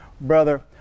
brother